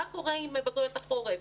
מה קורה עם בגרויות החורף,